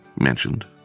mentioned